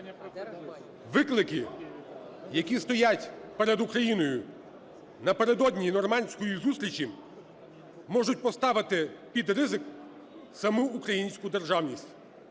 Виклики, які стоять перед Україною напередодні нормандської зустрічі, можуть поставити під ризик саму українську державність.